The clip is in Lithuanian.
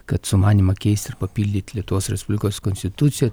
kad sumanymą keist ir papildyt lietuvos respublikos konstituciją